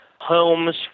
homes